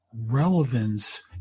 relevance